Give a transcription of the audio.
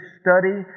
study